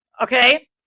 Okay